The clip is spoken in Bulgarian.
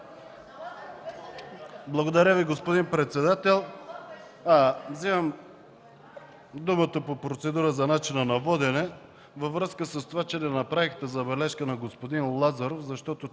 Благодаря Ви, господин председател. Вземам думата по процедура за начина на водене във връзка с това, че не направихте забележка на господин Лазаров, защото